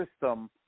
system